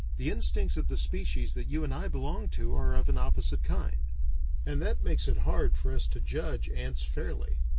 the instincts of the species that you and i belong to are of an opposite kind and that makes it hard for us to judge ants fairly.